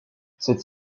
cette